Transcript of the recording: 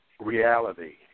reality